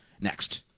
next